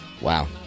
Wow